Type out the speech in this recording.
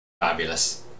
Fabulous